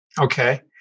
Okay